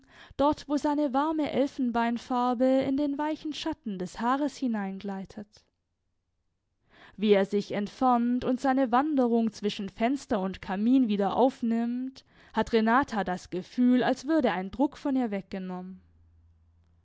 dort wo seine warme elfenbeinfarbe in den weichen schatten des haares hineingleitet wie er sich entfernt und seine wanderung zwischen fenster und kamin wieder aufnimmt hat renata das gefühl als würde ein druck von ihr weggenommen